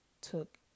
took